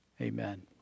Amen